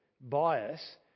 bias